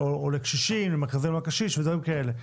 או לקשישים למרכזי יום לקשיש ודברים כאלה.